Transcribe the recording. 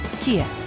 Kia